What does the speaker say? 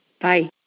Bye